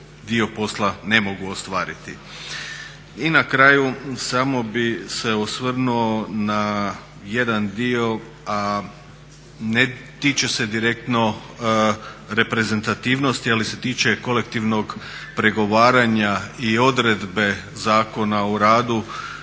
dio posla ne mogu ostvariti. I na kraju samo bih se osvrnuo na jedan dio, a ne tiče se direktno reprezentativnosti ali se tiče kolektivnog pregovaranja i odredbe Zakona o radu